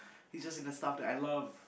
he's just in the stuff that I love